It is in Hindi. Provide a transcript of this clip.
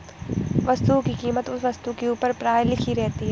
वस्तुओं की कीमत उस वस्तु के ऊपर प्रायः लिखी रहती है